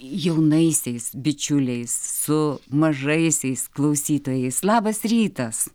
jaunaisiais bičiuliais su mažaisiais klausytojais labas rytas